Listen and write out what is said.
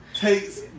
takes